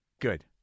good